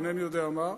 אינני יודע מה,